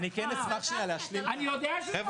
אשמח להשלים --- אני יודע ש --- בגובה השכר.